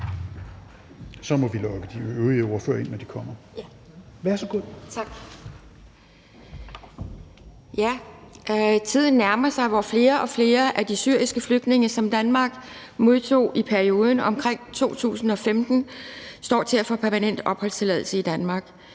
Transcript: for forespørgerne) Pia Kjærsgaard (DF): Tak. Tiden nærmer sig, hvor flere og flere af de syriske flygtninge, som Danmark modtog i perioden omkring 2015, står til at få permanent opholdstilladelse i Danmark.